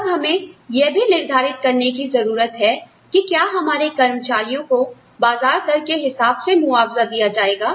तब हमें यह भी निर्धारित करने की जरूरत है कि क्या हमारे कर्मचारियों को बाजार दर के हिसाब से मुआवजा दिया जाएगा